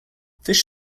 fish